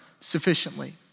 sufficiently